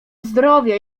zdrowie